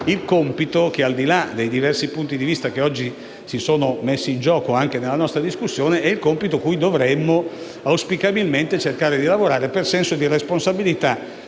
il compito al quale, al di là dei diversi punti di vista che oggi si sono messi in gioco anche nella nostra discussione, dovremmo auspicabilmente cercare di lavorare per senso di responsabilità